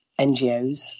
NGOs